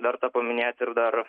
verta paminėti ir dar